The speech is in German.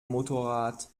motorrad